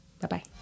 Bye-bye